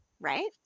right